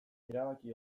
erabaki